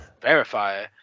verify